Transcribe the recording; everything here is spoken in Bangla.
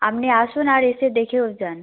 আপনি আসুন আর এসে দেখেও যান